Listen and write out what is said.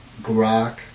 grok